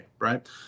right